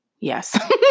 Yes